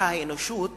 הוכיחה האנושות